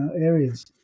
areas